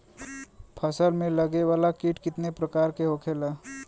फसल में लगे वाला कीट कितने प्रकार के होखेला?